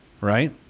right